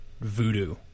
voodoo